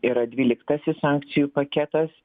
yra dvyliktasis sankcijų paketas